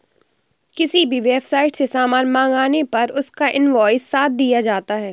किसी भी वेबसाईट से सामान मंगाने पर उसका इन्वॉइस साथ दिया जाता है